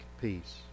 peace